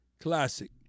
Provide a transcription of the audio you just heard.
Classic